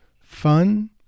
fun